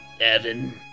Evan